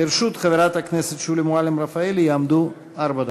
לרשות חברת הכנסת שולי מועלם-רפאלי יעמדו ארבע דקות.